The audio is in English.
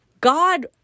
God